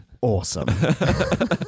awesome